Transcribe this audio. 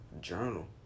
Journal